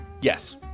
Yes